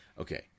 Okay